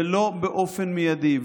ולא באופן מיידי.